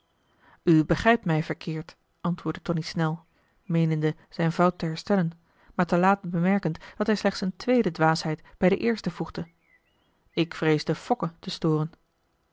begrijpt mij verkeerd antwoordde tonie snel meenende zijn fout te herstellen maar te laat bemerkend dat hij slechts een tweede dwaasheid bij de eerste voegde ik vreesde fokke te storen